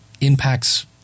impacts